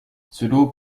selon